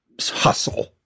hustle